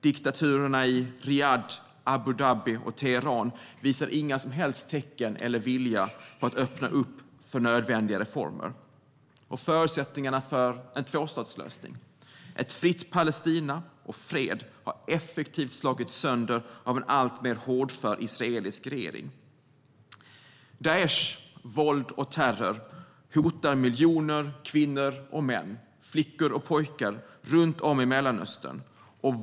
Diktaturerna i Riyadh, Abu Dhabi och Teheran visar inga som helst tecken på eller vilja till att öppna upp för nödvändiga reformer. Förutsättningarna för en tvåstatslösning, ett fritt Palestina och fred har effektivt slagits sönder av en alltmer hårdför israelisk regering. Daishs våld och terror hotar miljoner kvinnor och män och flickor och pojkar runt om i Mellanöstern.